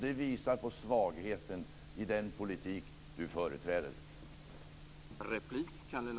Det visar på svagheten i den politik Kalle Larsson företräder.